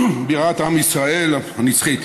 בירת עם ישראל הנצחית.